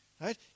Right